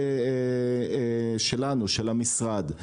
של המשרד,